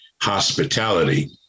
hospitality